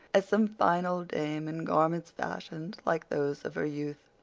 as some fine old dame in garments fashioned like those of her youth.